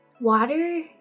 Water